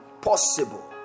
possible